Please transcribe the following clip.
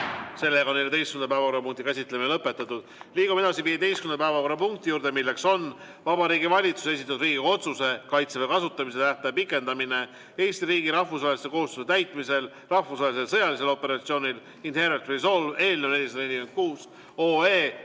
ja 14. päevakorrapunkti käsitlemine on lõpetatud. Liigume edasi 15. päevakorrapunkti juurde. See on Vabariigi Valitsuse esitatud Riigikogu otsuse "Kaitseväe kasutamise tähtaja pikendamine Eesti riigi rahvusvaheliste kohustuste täitmisel rahvusvahelisel sõjalisel operatsioonil Inherent Resolve" eelnõu 446